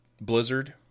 Blizzard